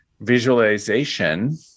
visualization